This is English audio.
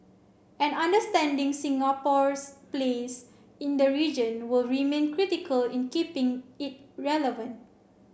and understanding Singapore's place in the region will remain critical in keeping it relevant